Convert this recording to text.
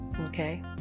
Okay